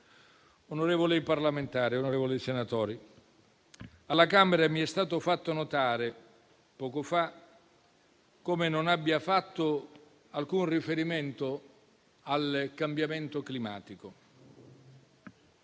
alberi da frutto. Onorevoli senatori, alla Camera mi è stato fatto notare, poco fa, come non abbia fatto alcun riferimento al cambiamento climatico.